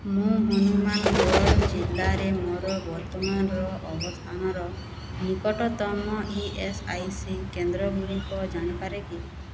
ମୁଁ ହନୁମାନଗଡ଼ ଜିଲ୍ଲାରେ ମୋର ବର୍ତ୍ତମାନର ଅବସ୍ଥାନର ନିକଟତମ ଇ ଏସ୍ ଆଇ ସି କେନ୍ଦ୍ରଗୁଡ଼ିକ ଜାଣିପାରେକି